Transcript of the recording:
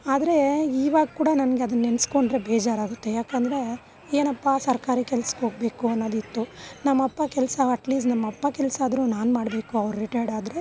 ಆದರೆ ಇವಾಗ ಕೂಡ ನನಗೆ ಅದನ್ನು ನೆನೆಸ್ಕೊಂಡ್ರೆ ಬೇಜಾರಾಗುತ್ತೆ ಯಾಕೆಂದ್ರೆ ಏನಪ್ಪ ಸರ್ಕಾರಿ ಕೆಲಸಕ್ಕೋಗ್ಬೇಕು ಅನ್ನೋದಿತ್ತು ನಮ್ಮಪ್ಪ ಕೆಲಸ ಅಟ್ಲೀಸ್ಟ್ ನಮ್ಮಪ್ಪ ಕೆಲಸ ಆದರೂ ನಾನು ಮಾಡಬೇಕು ಅವ್ರು ರಿಟೈರ್ಡಾದ್ರೆ